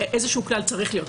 איזשהו כלל צריך להיות.